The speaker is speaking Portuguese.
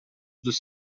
dos